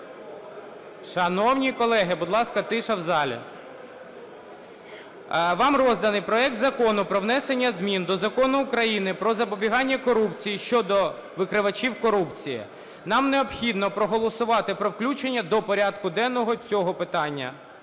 Шановні колеги, будь ласка, тиша в залі. Вам розданий проект Закону про внесення змін до Закону України "Про запобігання корупції" щодо викривачів корупції. Нам необхідно проголосувати про включення до порядку денного цього питання.